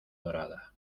dorada